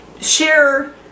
share